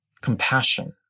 compassion